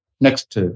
Next